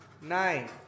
nine